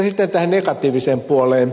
sitten tähän negatiiviseen puoleen